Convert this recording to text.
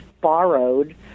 borrowed